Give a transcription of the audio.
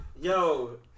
Yo